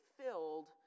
filled